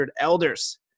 elders